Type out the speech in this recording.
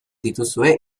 dituzue